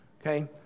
Okay